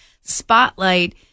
spotlight